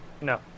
No